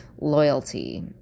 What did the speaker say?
loyalty